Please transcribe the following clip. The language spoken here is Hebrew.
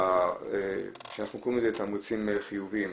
שאנחנו קוראים לזה תמריצים חיוביים.